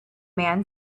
man